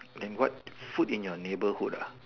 then what food in your neighbourhood ah